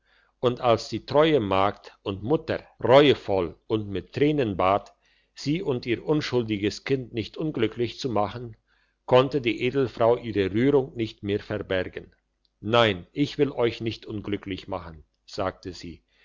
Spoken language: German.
und als die treue magd und mutter reuevoll und mit tränen bat sie und ihr unschuldiges kind nicht unglücklich zu machen konnte die edelfrau ihre rührung nicht mehr verbergen nein ich will euch nicht unglücklich machen sagte sie